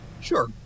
Sure